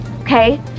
okay